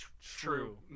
True